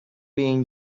being